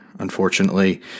unfortunately